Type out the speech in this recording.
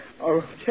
Okay